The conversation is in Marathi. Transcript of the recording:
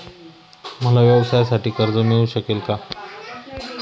मला व्यवसायासाठी कर्ज मिळू शकेल का?